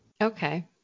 Okay